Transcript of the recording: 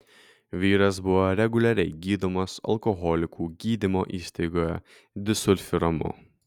vyras buvo reguliariai gydomas alkoholikų gydymo įstaigoje disulfiramu